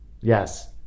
Yes